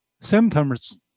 symptoms